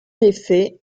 effet